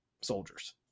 soldiers